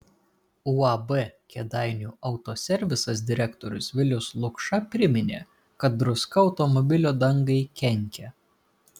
uab kėdainių autoservisas direktorius vilius lukša priminė kad druska automobilio dangai kenkia